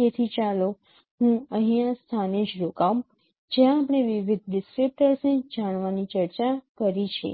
તેથી ચાલો હું અહીં આ સ્થાને જ રોકાઉં જ્યાં આપણે વિવિધ ડિસ્ક્રિપ્ટર્સને જાણવાની ચર્ચા કરી છે